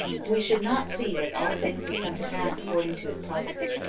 we should not see that all things would come to pass according to his prophecy.